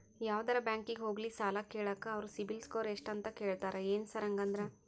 ಯಾವದರಾ ಬ್ಯಾಂಕಿಗೆ ಹೋಗ್ಲಿ ಸಾಲ ಕೇಳಾಕ ಅವ್ರ್ ಸಿಬಿಲ್ ಸ್ಕೋರ್ ಎಷ್ಟ ಅಂತಾ ಕೇಳ್ತಾರ ಏನ್ ಸಾರ್ ಹಂಗಂದ್ರ?